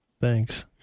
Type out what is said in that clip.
Thanks